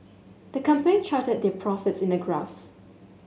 the company charted their profits in a graph